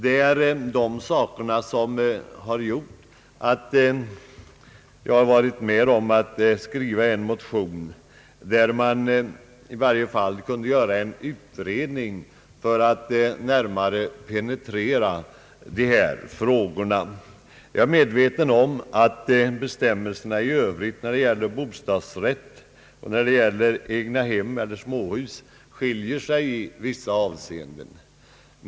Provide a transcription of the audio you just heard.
Av denna anledning har jag varit med om en motion i vilken begärs utredning för att närmare penetrera dessa frågor. Jag är medveten om att bestämmelserna i övrigt när det gäller bostadsrätt och när det gäller egnahem eller småhus skiljer sig i vissa avseenden.